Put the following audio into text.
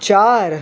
चार